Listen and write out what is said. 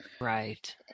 Right